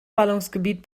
ballungsgebiet